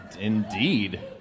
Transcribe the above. Indeed